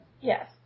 Yes